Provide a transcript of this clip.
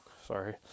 Sorry